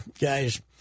guys